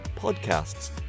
podcasts